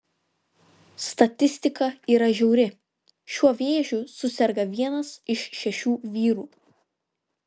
statistika yra žiauri šiuo vėžiu suserga vienas iš šešių vyrų